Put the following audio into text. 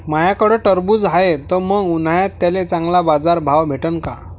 माह्याकडं टरबूज हाये त मंग उन्हाळ्यात त्याले चांगला बाजार भाव भेटन का?